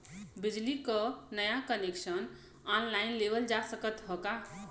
बिजली क नया कनेक्शन ऑनलाइन लेवल जा सकत ह का?